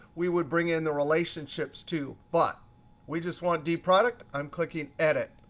we would bring in the relationships too. but we just want dproduct. i'm clicking edit.